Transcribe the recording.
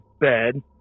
bed